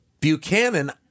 Buchanan